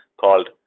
called